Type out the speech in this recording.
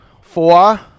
four